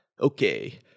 Okay